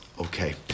okay